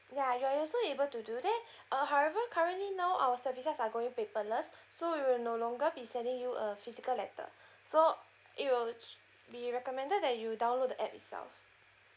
ya you're also able to do that uh however currently now our services are going paperless so we'll no longer be sending you a physical letter so it will be recommended that you download the app itself